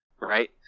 right